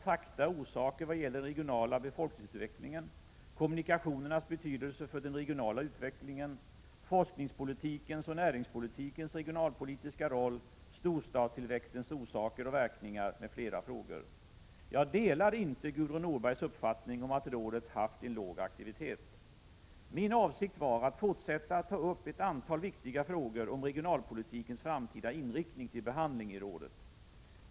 Det har gällt fakta och orsaker vad gäller den 15 Jag delar inte Gudrun Norbergs uppfattning om att rådet haft en låg aktivitet. Min avsikt var att fortsätta att ta upp ett antal viktiga frågor om regionalpolitikens framtida inriktning till behandling i rådet.